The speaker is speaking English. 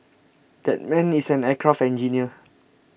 that man is an aircraft engineer